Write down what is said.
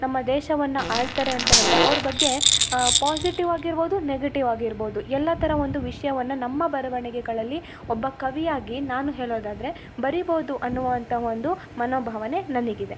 ನಮ್ಮ ದೇಶವನ್ನು ಆಳ್ತಾರೆ ಅಂತ ಹೇಳಿದರೆ ಅವ್ರ ಬಗ್ಗೆ ಪಾಸಿಟೀವ್ ಆಗಿರ್ಬೋದು ನೆಗಿಟಿವ್ ಆಗಿರ್ಬೋದು ಎಲ್ಲ ಥರ ಒಂದು ವಿಷಯವನ್ನ ನಮ್ಮ ಬರವಣಿಗೆಗಳಲ್ಲಿ ಒಬ್ಬ ಕವಿಯಾಗಿ ನಾನು ಹೇಳೋದಾದರೆ ಬರಿಬೋದು ಅನ್ನುವಂಥತ ಒಂದು ಮನೋಭಾವನೆ ನನಗಿದೆ